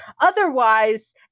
Otherwise